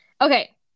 Okay